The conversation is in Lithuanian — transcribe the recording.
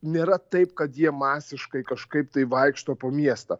nėra taip kad jie masiškai kažkaip tai vaikšto po miestą